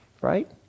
right